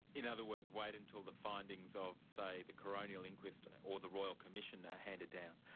in other words, wait until the findings of, say, the coronial inquest or the royal commission are handed down?